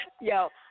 Yo